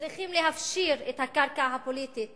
ושצריכים להפשיר את הקרקע הפוליטית